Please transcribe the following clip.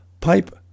Pipe